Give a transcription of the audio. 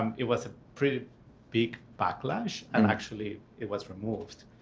um it was a pretty big backlash, and actually, it was removed.